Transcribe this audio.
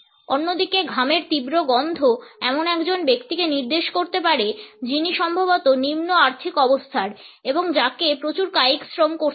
অন্যদিকে ঘামের তীব্র গন্ধ এমন একজন ব্যক্তিকে নির্দেশ করতে পারে যিনি সম্ভবত নিম্ন আর্থিক অবস্থার এবং যাকে প্রচুর কায়িক শ্রম করতে হয়